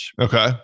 Okay